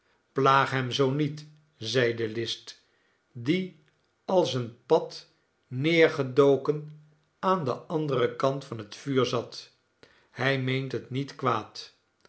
plaag hem zoo niet zeide list die als een pad neergedoken aan den anderen kant van het vuur zat hij meent het niet kwaad